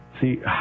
See